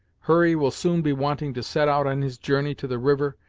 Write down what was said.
hurry will soon be wanting to set out on his journey to the river,